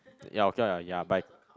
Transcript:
ya okay lah ya by